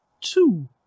two